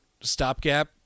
stopgap